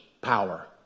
power